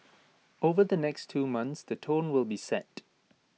over the next two months the tone will be set